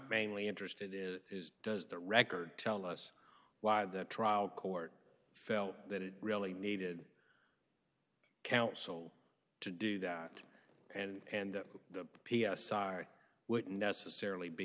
mainly interested in is does the record tell us why the trial court felt that it really needed counsel to do that and the p s r wouldn't necessarily be